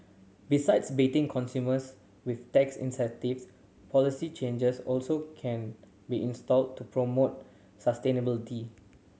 besides baiting consumers with tax incentives policy changes also can be instilled to promote sustainability